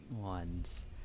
ones